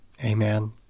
Amen